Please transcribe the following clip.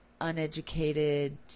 uneducated